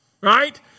Right